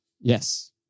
Yes